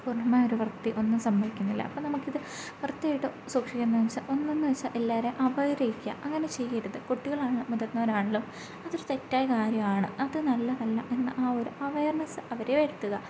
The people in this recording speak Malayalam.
പൂർണ്ണമായൊരു വൃത്തി ഒന്നും സംഭവിക്കുന്നില്ല അപ്പോൾ നമുക്കിത് വൃത്തിയായിട്ടു സൂക്ഷിക്കുന്നതെന്നു വെച്ചാൽ ഒന്നെന്നു വെച്ചാൽ എല്ലാവരെയും അവെയർ ചെയ്യിക്കുക അങ്ങനെ ചെയ്യരുത് കുട്ടികളാണെങ്കിലും മുതിർന്നവരാണെങ്കിലും അതൊരു തെറ്റായ കാര്യമാണ് അതു നല്ലതല്ല എന്ന ആ ഒരു അവെയർനെസ്സ് അവരെ വരുത്തുക